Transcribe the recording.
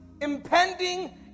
impending